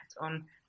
on